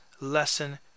lesson